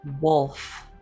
wolf